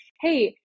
hey